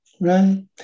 Right